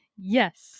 Yes